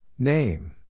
Name